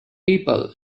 people